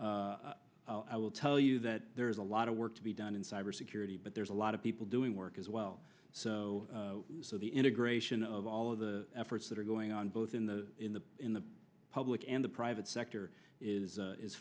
so i will tell you that there's a lot of work to be done in cybersecurity but there's a lot of people doing work as well so so the integration of all of the efforts that are going on both in the in the in the public and the private sector is